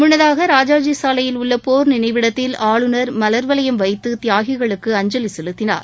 முன்னதாக ராஜாஜி சாலையில் உள்ள போர் நினைவிடத்தில் ஆளுநர் மலர்வளையம் வைத்து தியாகிகளுக்கு அஞ்சலி செலுத்தினார்